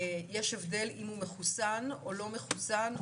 יש הבדל אם הוא מחוסן או לא מחוסן,